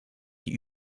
die